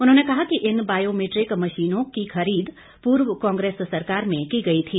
उन्होंने कहा कि इन बायोमिट्रिक मशीनों की खरीद पूर्व कांग्रेस सरकार में की गई थी